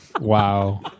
Wow